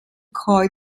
kreuz